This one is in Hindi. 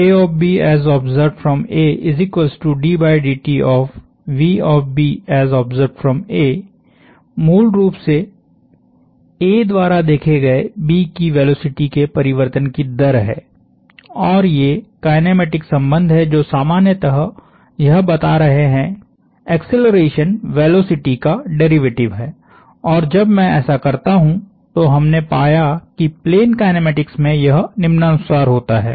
तो मूल रूप से A द्वारा देखे गए B की वेलोसिटी के परिवर्तन की दर है और ये काइनेमेटिक संबंध हैं जो सामन्यतः यह बता रहे है एक्सेलरेशन वेलोसिटी का डेरीवेटिव है और जब मैं ऐसा करता हूं तो हमने पाया कि प्लेन काइनेमेटिक्स में यह निम्नानुसार होता है